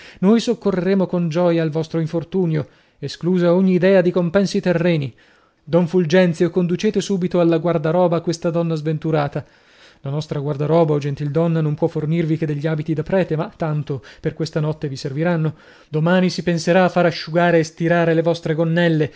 noi soccorreremo con gioia al vostro infortunio esclusa ogni idea di compensi terreni don fulgenzio conducete subito alla guardaroba questa donna sventurata la nostra guardaroba o gentildonna non può fornirvi che degli abiti da prete ma tanto per questa notte vi serviranno domani si penserà a far asciugare e stirare le vostre gonnelle